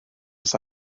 oes